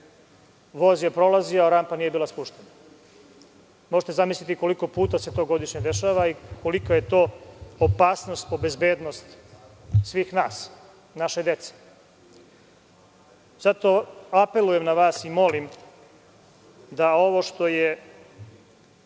voz je prolazio, a rampa nije bila spuštena. Možete zamisliti koliko puta se to godišnje dešava i kolika je to opasnost po bezbednost svih nas i naše dece? Zato apelujem na vas i molim da ovo što je